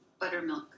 buttermilk